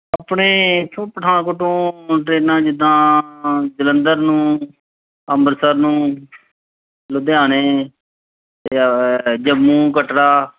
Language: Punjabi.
ਆਪਣੇ ਇੱਥੋਂ ਪਠਾਨਕੋਟ ਤੋਂ ਟ੍ਰੇਨਾਂ ਜਿੱਦਾਂ ਜਲੰਧਰ ਨੂੰ ਅੰਮ੍ਰਿਤਸਰ ਨੂੰ ਲੁਧਿਆਣੇ ਜੰਮੂ ਕਟੜਾ